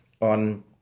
on